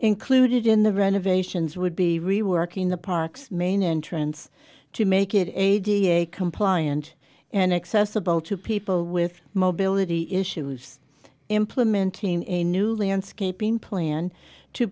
included in the renovations would be reworking the park's main entrance to make it eighty a compliant and accessible to people with mobility issues implementing a new landscape in plan to